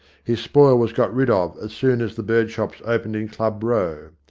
his spoil was got rid of as soon as the bird-shops opened in club row.